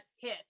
hit